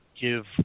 give